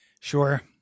Sure